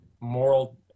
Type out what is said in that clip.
moral